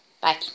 Bye